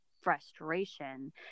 frustration